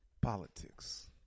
Politics